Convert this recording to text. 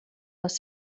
les